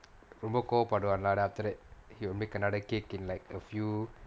ரொம்ப கோவ படுவான்:romba kova paduvaan then after that he will make another cake in like a few